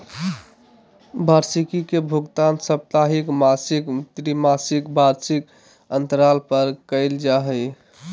वार्षिकी के भुगतान साप्ताहिक, मासिक, त्रिमासिक, वार्षिक अन्तराल पर कइल जा हइ